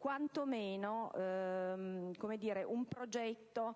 quanto meno, un progetto